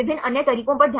Ramachandran plot